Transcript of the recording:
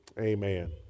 Amen